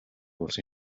болсон